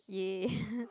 !yay!